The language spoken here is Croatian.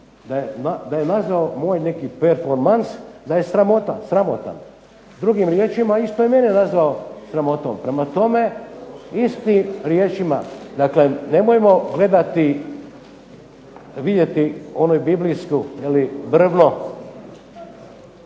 da je nazvao moj neki performans da je sramota, sramotan. Drugim riječima, isto je mene nazvao sramotom, prema tome, istim riječima. Dakle, nemojmo vidjeti onu biblijsku, trn